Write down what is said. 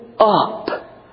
Up